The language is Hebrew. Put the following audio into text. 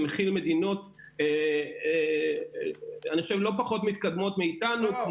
זה מכיל מדינות לא פחות מתקדמות מאתנו,